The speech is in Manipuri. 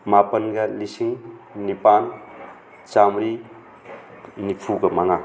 ꯃꯥꯄꯟꯒ ꯂꯤꯁꯤꯡ ꯅꯤꯄꯥꯟ ꯆꯥꯝꯃꯔꯤ ꯅꯤꯐꯨꯒ ꯃꯉꯥ